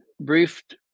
briefed